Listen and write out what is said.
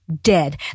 dead